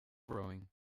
rowing